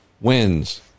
wins